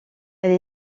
elle